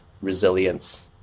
resilience